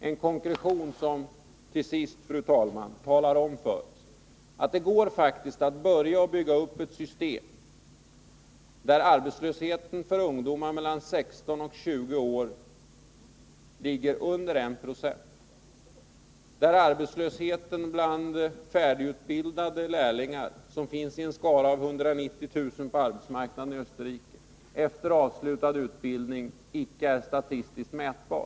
En konkretion som, till sist fru talman, talar om för oss att det faktiskt går att bygga upp ett system där arbetslösheten för ungdomar mellan 16 och 20 år ligger under 1 96 och arbetslösheten bland färdigutbildade lärlingar — som finns i en skara av 190 000 på arbetsmarknaden i Österrike — efter avslutad utbildning icke är statistiskt mätbar.